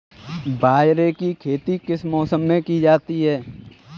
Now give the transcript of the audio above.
बाजरे की खेती किस मौसम में की जाती है?